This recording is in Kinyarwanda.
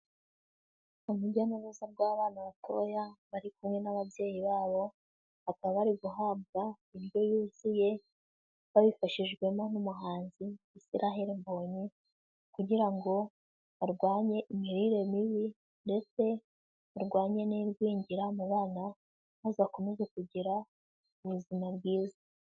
Urujya n'uruza rw'abana batoya bari kumwe n'ababyeyi babo, bakaba bari guhabwa indyo yuzuye babifashijwemo n'umuhanzi Israel Mbonyi, kugira ngo barwanye imirire mibi ,ndetse barwanye n'igwingira mu bana, maze bakomeze kugira ubuzima bwiza.